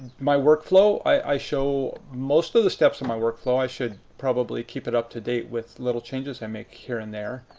my workflow i show most of the steps of my workflow. i should probably keep it up to date with little changes i make here and there.